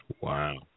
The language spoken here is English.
Wow